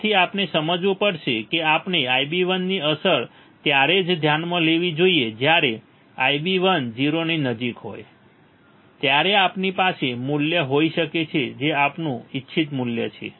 તેથી આપણે સમજવું પડશે કે આપણે Ib1 ની અસર ત્યારે જ ધ્યાનમાં લેવી જોઈએ જ્યારે Ib1 0 ની નજીક હોય ત્યારે આપણી પાસે મૂલ્ય હોઈ શકે છે જે આપણું ઇચ્છિત મૂલ્ય છે